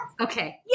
Okay